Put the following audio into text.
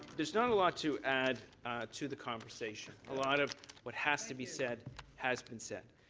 there's not lot to add to the conversation. a lot of what has to be said has been said.